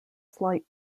slight